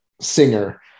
singer